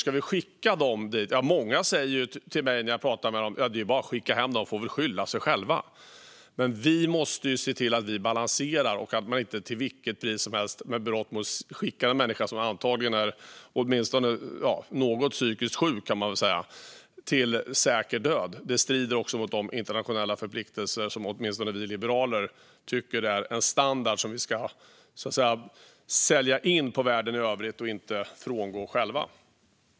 Ska vi skicka dessa människor dit? Många jag pratar med säger till mig: Ja, det är bara att skicka hem dem; de får väl skylla sig själva. Men vi måste se till att vi balanserar och inte till vilket pris som helst och med berått mod skickar en människa som antagligen åtminstone i viss mån är psykiskt sjuk till en säker död. Detta strider också mot de internationella förpliktelser som åtminstone vi liberaler tycker utgör en standard som vi ska sälja in till världen i övrigt och inte frångå själva.